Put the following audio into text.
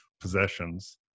possessions